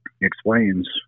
explains